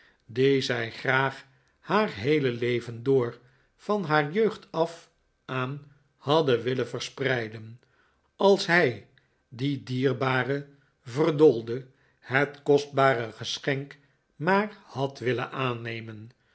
die zij graag haar heele leven door van haar jeugd af aan hadden willen verspreiden als hij die dierbare verdoolde het kostbare geschenk maar had willen aannemen